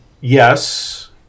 Yes